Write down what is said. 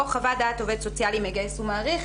או חוות דעת עובד סוציאלי מגייס ומעריך,